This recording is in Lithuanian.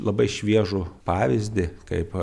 labai šviežų pavyzdį kaip